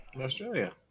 Australia